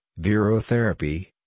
virotherapy